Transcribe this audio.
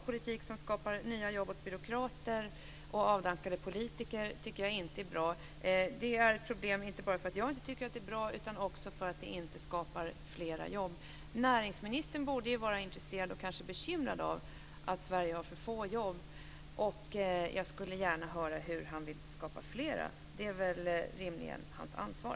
Politik som skapar nya jobb åt byråkrater och avdankade politiker tycker jag inte är bra. Det är ett problem inte bara för att jag inte tycker att det är bra, utan också för att det inte skapar flera jobb. Näringsministern borde vara intresserad av, och kanske också bekymrad för, att Sverige har för få jobb. Jag skulle gärna vilja höra hur han vill skapa flera. Det är rimligen hans ansvar.